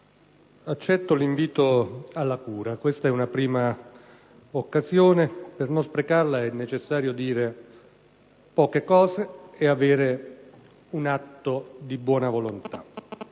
accetto l'invito alla cura. Questa è una prima occasione. Per non sprecarla è necessario dire poche cose e compiere un atto di buona volontà.